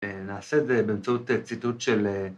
‫נעשה את זה באמצעות הציטוט של...